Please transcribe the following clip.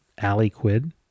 Aliquid